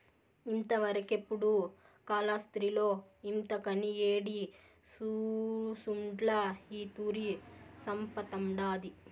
ఇంతవరకెపుడూ కాలాస్త్రిలో ఇంతకని యేడి సూసుండ్ల ఈ తూరి సంపతండాది